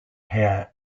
has